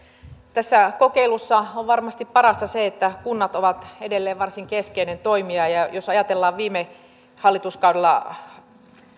tässä kokeilussa on parasta varmasti se että kunnat ovat edelleen varsin keskeinen toimija ja jos ajatellaan viime hallituskaudella